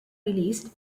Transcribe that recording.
released